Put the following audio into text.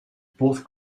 both